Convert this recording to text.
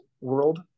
world